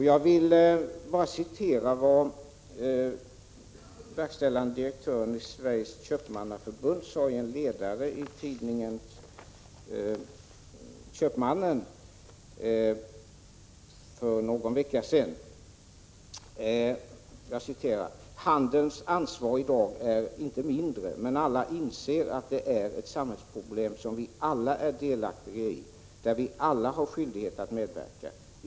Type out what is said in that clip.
Jag vill bara citera vad verkställande direktören i Sveriges Köpmannaförbund skrev i en ledare i tidningen Köpmannen för någon vecka sedan: ”Handelns ansvar i dag är inte mindre, men alla inser att det är ett samhällsproblem som vi alla är delaktiga i, där vi alla har skyldighet att medverka.